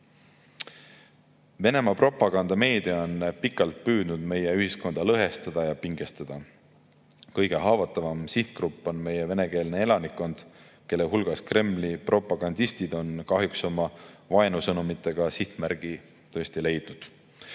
Venemaa propagandameedia on pikalt püüdnud meie ühiskonda lõhestada ja pingestada. Kõige haavatavam sihtgrupp on meie venekeelne elanikkond, kelle hulgas Kremli propagandistid on kahjuks oma vaenusõnumitega sihtmärgi tõesti leidnud.